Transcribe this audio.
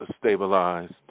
stabilized